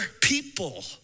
people